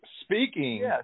Speaking